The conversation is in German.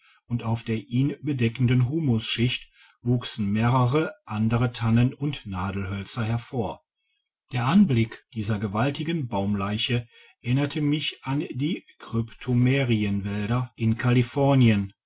und auf der ihn bedeckenden humusschicht wuchsen mehrere andere tannen und nadelhölzer hervor der anblick dieser gewaltigen baumleiche erinnerte mich an die kryptomerienwälder in